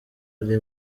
ari